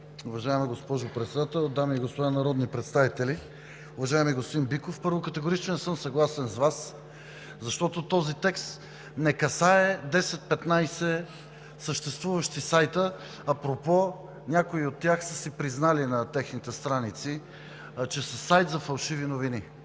Уважаема госпожо Председател, дами и господа народни представители! Уважаеми господин Биков, първо, категорично не съм съгласен с Вас, защото този текст не касае 10 – 15 съществуващи сайта. Апропо, някои от тях са си признали на техните страници, че са сайт за фалшиви новини,